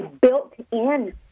built-in